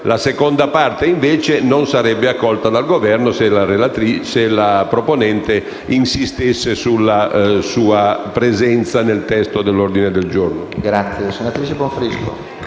la seconda parte, invece, non sarebbe accolta dal Governo se la proponente insistesse sulla sua presenza nel testo dell'ordine del giorno.